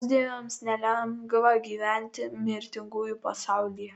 pusdieviams nelengva gyventi mirtingųjų pasaulyje